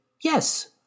yes